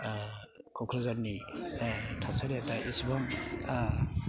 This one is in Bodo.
क'क्राझारनि थासारिया दा इसेबां